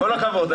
כל הכבוד.